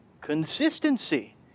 consistency